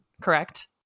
correct